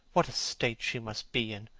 what a state she must be in!